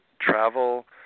travel